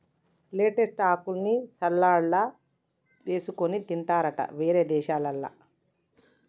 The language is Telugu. లెట్టస్ ఆకుల్ని సలాడ్లల్ల వేసుకొని తింటారట వేరే దేశాలల్ల